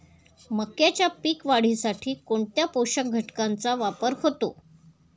मक्याच्या पीक वाढीसाठी कोणत्या पोषक घटकांचे वापर होतो?